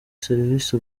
serivisi